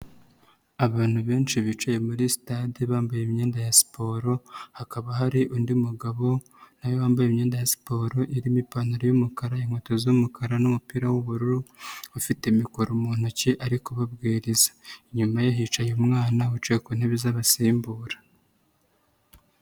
Abantu benshi bicaye muri sitade bambaye imyenda ya siporo, hakaba hari undi mugabo na we wambaye imyenda ya siporo irimo ipantaro y'umukara inkweto z'umukara n'umupira w'ubururu, ufite mikoro mu ntoki ari kubabwiriza. Inyuma ye hicaye umwana wicaye ku ntebe z'abasimbura.